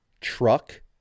truck